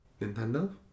Nintendo